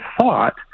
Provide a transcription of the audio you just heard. thought